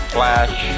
Flash